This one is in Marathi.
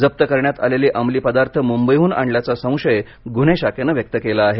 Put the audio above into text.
जप्त करण्यात आलेले अमली पदार्थ मुंबईहून आणल्याचा संशय गुन्हे शाखेन व्यक्त केला आहे